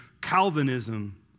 Calvinism